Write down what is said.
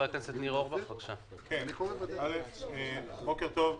בוקר טוב.